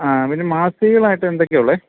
അ പിന്നെ മാസികകളായിട്ട് എന്തൊക്കെയാണ് ഉള്ളത്